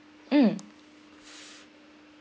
mm